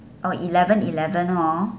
[ho] eleven eleven hor